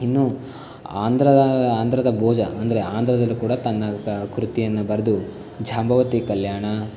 ಇನ್ನುಆಂಧ್ರ ಆಂಧ್ರದ ಭೋಜ ಅಂದರೆ ಆಂಧ್ರದಲ್ಲೂ ಕೂಡ ತನ್ನ ಗ ಕೃತಿಯನ್ನು ಬರೆದು ಜಾಂಬವತಿ ಕಲ್ಯಾಣ